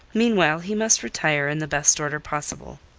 meanwhile he must retire in the best order possible.